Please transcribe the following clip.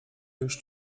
już